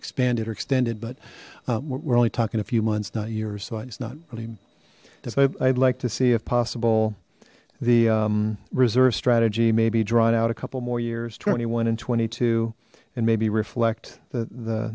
expanded or extended but we're only talking a few months not years so i just not really i'd like to see if possible the reserve strategy may be drawn out a couple more years twenty one and twenty two and maybe reflect the